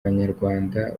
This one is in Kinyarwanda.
banyarwanda